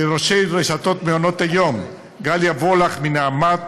לראשי רשתות מעונות היום, גליה וולך מנעמת,